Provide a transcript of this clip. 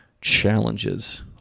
challenges